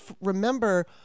remember